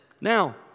Now